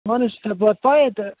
پانَس چھِ تَوے تہٕ